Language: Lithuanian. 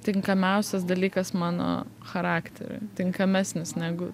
tinkamiausias dalykas mano charakteriui tinkamesnis negu